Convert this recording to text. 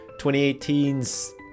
2018's